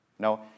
No